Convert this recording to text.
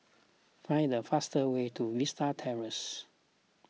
find the fastest way to Vista Terrace